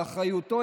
על אחריותו,